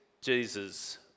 Jesus